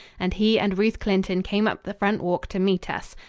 and he and ruth clinton came up the front walk to meet us.